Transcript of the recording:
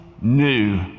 new